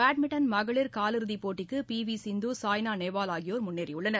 badminton மகளிர் காலிறுதிப் போட்டிக்கு பி வி சிந்து சாய்னாநேவால் ஆகியோர் முன்னேறியுள்ளனர்